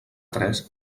tres